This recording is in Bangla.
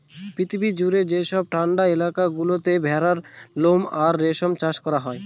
পৃথিবী জুড়ে যেসব ঠান্ডা এলাকা গুলোতে ভেড়ার লোম আর রেশম চাষ করা হয়